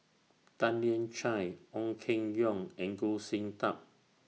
Tan Lian Chye Ong Keng Yong and Goh Sin Tub